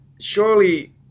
surely